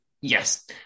Yes